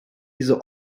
diese